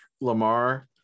Lamar